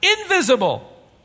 invisible